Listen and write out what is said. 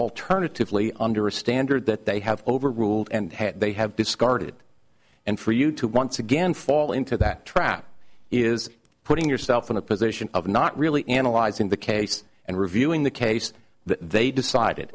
alternatively under a standard that they have overruled and had they have discarded and for you to once again fall into that trap is putting yourself in a position of not really analyzing the case and reviewing the case that they decided